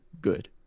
good